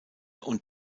und